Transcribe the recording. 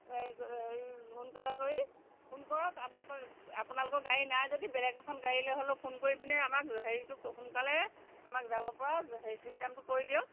এই এই সোনকালে কৰি ফোন কৰক আপুনি কৰি আপোনালোকৰ গাড়ী নাই যদি বেলেগ এখন গাড়ী লৈ হ'লেও ফোন কৰি পিনে আমাক হেৰিটো সোনকালে আমাক যাব পৰা হেৰি ছিষ্টেমটো কৰি দিয়ক